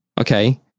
Okay